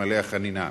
אלמלא החנינה.